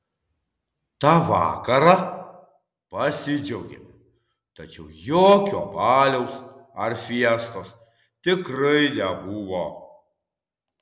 tą vakarą pasidžiaugėme tačiau jokio baliaus ar fiestos tikrai nebuvo